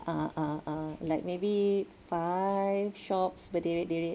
a'ah a'ah a'ah like maybe five shops berderet-deret